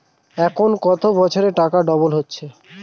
এখন কত বছরে টাকা ডবল হচ্ছে?